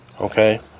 Okay